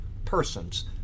Persons